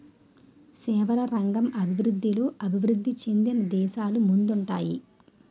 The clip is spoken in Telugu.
సేవల రంగం అభివృద్ధిలో అభివృద్ధి చెందిన దేశాలు ముందుంటాయి